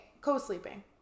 co-sleeping